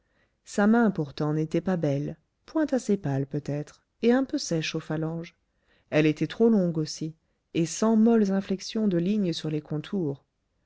sa main pourtant n'était pas belle point assez pâle peut-être et un peu sèche aux phalanges elle était trop longue aussi et sans molles inflexions de lignes sur les contours